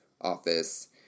office